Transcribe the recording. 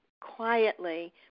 quietly